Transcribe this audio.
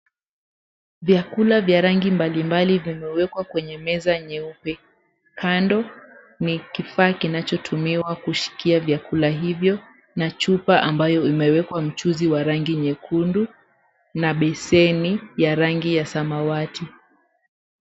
Vyakula vya rangi mbalimbali vimewekwa kwenye meza nyeupe kando ni kifaa kinachotumiwa kushikia vyakula hivyo na chupa ambayo imewekwa mchuzi wa rangi nyekundu na beseni ya rangi ya samawati.